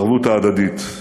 הערבות ההדדית.